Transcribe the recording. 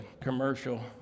commercial